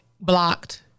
Blocked